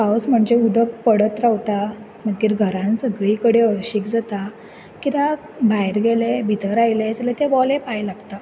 पावस म्हणजे उदक पडत रावता मागीर घरांत सगळे कडेन हळशीक जाता कित्याक भायर गेले भितर आयले जाल्यार ते ओले पांय लागतात